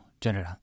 General